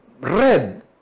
red